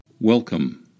Welcome